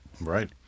Right